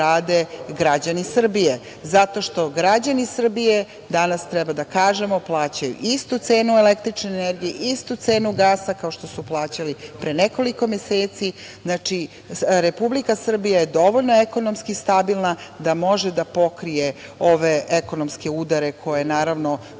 građani Srbije zato što građani Srbije, danas treba da kažemo, plaćaju istu cenu električne energije, istu cenu gasa kao što su plaćali pre nekoliko meseci. Znači, Republika Srbija je dovoljno ekonomski stabilna da može da pokrije ove ekonomske udare koje, naravno,